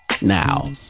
Now